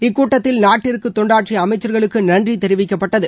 இக்கூட்டத்தில் நாட்டிற்கு தொண்டாற்றிய அமைச்சர்களுக்கு நன்றி தெரிவிக்கப்பட்டது